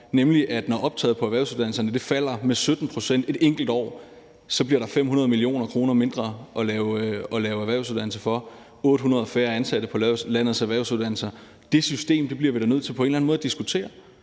Altså, når optaget på erhvervsuddannelserne falder med 17 pct. på et enkelt år, bliver der 500 mio. kr. mindre at lave erhvervsuddannelser for. Det er 800 færre ansatte på landets erhvervsuddannelser. Det system bliver vi da på en eller anden måde nødt til at diskutere,